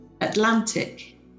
Atlantic